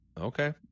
Okay